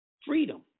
freedom